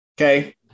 Okay